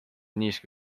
niiske